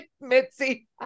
Mitzi